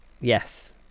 yes